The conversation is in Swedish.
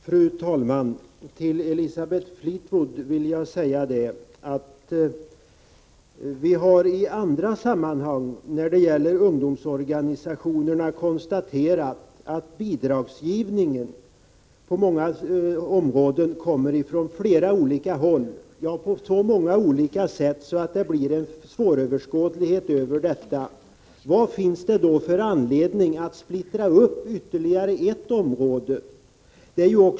Fru talman! Till Elisabeth Fleetwood vill jag säga att vi i andra sammanhang, när det gäller ungdomsorganisationerna, har konstaterat att bidragsgivningen på många områden kommer från flera olika håll. Bidragen ges faktiskt på så många olika sätt att det blir svåröverskådligt. Vad finns det då för anledning att splittra upp ytterligare ett område?